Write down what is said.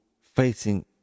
facing